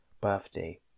birthday